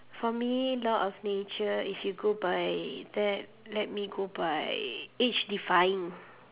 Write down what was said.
for me law of nature if you go by that let me go by age defying